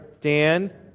Dan